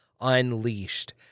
unleashed